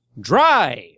Drive